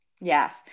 Yes